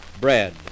bread